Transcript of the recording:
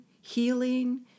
healing